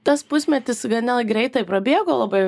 tas pusmetis gana greitai prabėgo labai